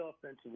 offensive